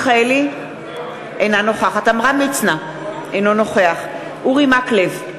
אינה נוכחת עמרם מצנע, אינו נוכח אורי מקלב,